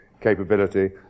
capability